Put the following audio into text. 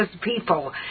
people